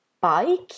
Bike